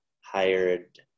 hired